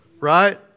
right